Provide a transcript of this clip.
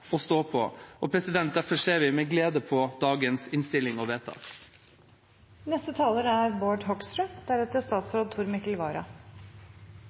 å stå på. Derfor ser vi med glede på dagens innstilling og vedtak. Dette er